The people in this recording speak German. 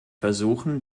versuchen